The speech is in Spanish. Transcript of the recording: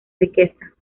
riqueza